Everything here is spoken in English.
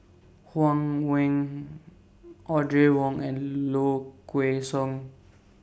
Huang Wen Audrey Wong and Low Kway Song